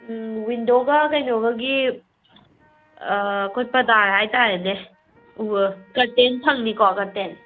ꯋꯤꯟꯗꯣꯒ ꯀꯩꯅꯣꯒꯒꯤ ꯑꯩꯈꯣꯏ ꯄꯔꯗꯥꯔ ꯍꯥꯏ ꯇꯥꯔꯦꯅꯦ ꯀꯔꯇꯦꯟ ꯐꯪꯅꯤꯀꯣ ꯀꯔꯇꯦꯟ